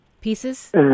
Pieces